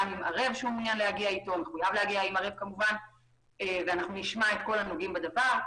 עם ערב שהוא מחויב להגיע אותו ואנחנו נשמע את כל הנוגעים בדבר.